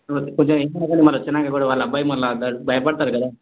okay కొంచెం ఏంకాదు మళ్ళీ వచ్చాక కూడా వాళ్ళ అబ్బాయి మళ్ళీ భయపడతారు కదా